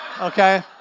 okay